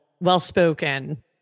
well-spoken